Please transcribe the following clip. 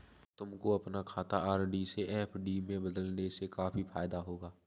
तुमको अपना खाता आर.डी से एफ.डी में बदलने से काफी फायदा होगा